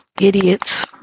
Idiots